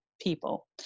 people